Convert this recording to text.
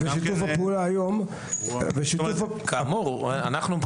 שיתוף הפעולה היום הוא --- אלון, גם אתם?